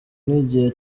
n’igihe